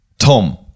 Tom